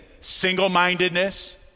single-mindedness